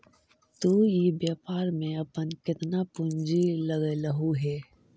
तु इ व्यापार में अपन केतना पूंजी लगएलहुं हे?